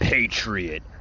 Patriot